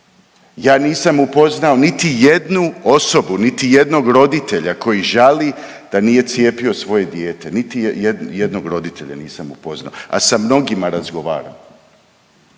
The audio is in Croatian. Ja nisam upoznao niti jednu osobu, niti jednog roditelja koji žali da nije cijepio svoje dijete. Niti jednog roditelja nisam upoznao, a sa mnogima razgovaram.